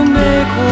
make